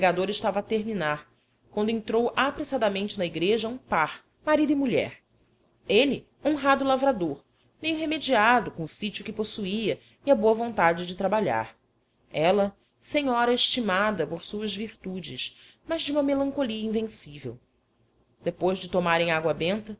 o pregador estava a terminar quando entrou apressadamente na igreja um par marido e mulher ele honrado lavrador meio remediado com o sítio que possuía e a boa vontade de trabalhar ela senhora estimada por suas virtudes mas de uma melancolia invencível depois de tomarem água benta